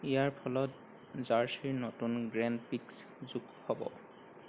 ইয়াৰ ফলত জাৰ্চিৰ নতুন গ্ৰেণ্ড প্ৰিক্স যোগ হ'ব